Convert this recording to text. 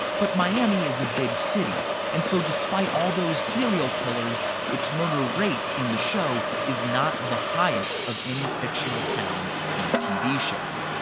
but miami is a big city and so despite all those serial killers, it's murder rate in the show is not the highest of any fictional town from a tv show.